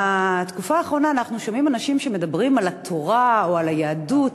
בתקופה האחרונה אנחנו שומעים אנשים שמדברים על התורה או על היהדות